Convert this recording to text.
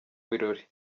birori